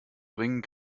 bringen